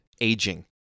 aging